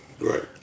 Right